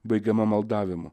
baigiama maldavimu